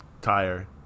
tire